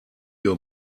your